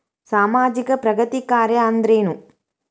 ಸಾಮಾಜಿಕ ಪ್ರಗತಿ ಕಾರ್ಯಾ ಅಂದ್ರೇನು?